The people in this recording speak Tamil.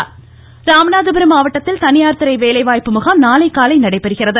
இருவரி ராமநாதபுரம் மாவட்டத்தில் தனியார் துறை வேலைவாய்ப்பு முகாம் நாளை காலை நடைபெறுகிறது